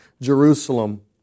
Jerusalem